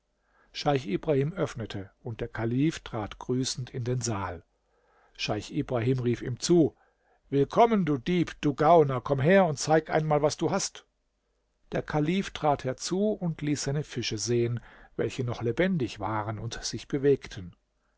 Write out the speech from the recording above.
scheich ibrahim öffnete und der kalif trat grüßend in den saal scheich ibrahim rief ihm zu willkommen du dieb du gauner komm her und zeig einmal was du hast der kalif trat herzu und ließ seine fische sehen welche noch lebendig waren und sich bewegten